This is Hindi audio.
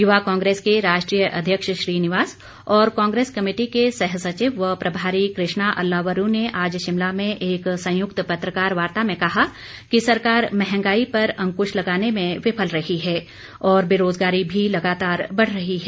युवा कांग्रेस के राष्ट्रीय अध्यक्ष श्रीनिवास और कांग्रेस कमेटी के सह सचिव व प्रभारी कृष्णा अल्लावरू ने आज शिमला में एक संयुक्त पत्रकार वार्ता में कहा कि सरकार मंहगाई पर अंकुश लगाने में विफल रही है और बेरोजगारी भी लगातार बढ़ रही है